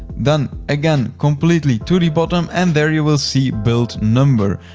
then again, completely to the bottom and there you will see build number.